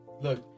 Look